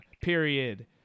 period